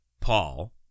Paul